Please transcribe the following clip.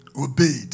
obeyed